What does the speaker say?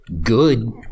good